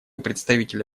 представителя